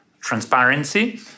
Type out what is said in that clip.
transparency